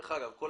ודרך אגב,